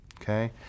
Okay